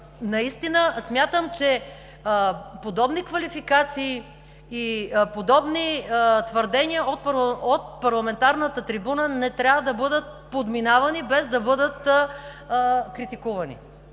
колеги, смятам, че подобни квалификации и подобни твърдения от парламентарната трибуна не трябва да бъдат подминавани, без да бъдат критикувани.